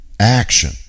action